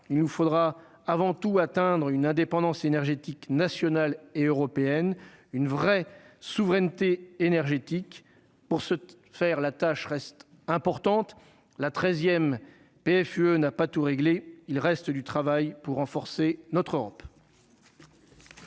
il nous faudra avant tout atteindre une indépendance énergétique nationale et européenne, une vraie souveraineté énergétique pour ce faire, la tâche reste importante, la 13ème PFUE n'a pas tout réglé, il reste du travail pour renforcer notre honte.